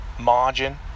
margin